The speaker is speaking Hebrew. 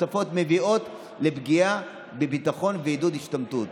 נוספות מביאות לפגיעה בביטחון ועידוד השתמטות".